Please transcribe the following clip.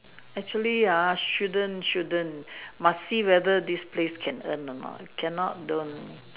actually ah shouldn't shouldn't must see whether this place can earn or not can not don't